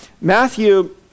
Matthew